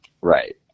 Right